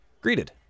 greeted